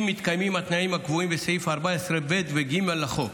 אם מתקיימים התנאים הקבועים בסעיפים 14(ב) ו-14(ג) לחוק.